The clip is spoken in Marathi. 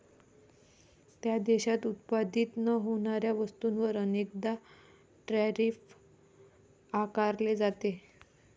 त्या देशात उत्पादित न होणाऱ्या वस्तूंवर अनेकदा टैरिफ आकारले जाते